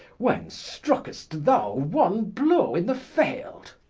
when struck'st thou one blow in the field?